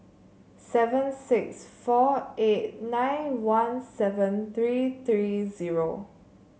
seven six four eight nine one seven three three zero